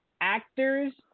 actors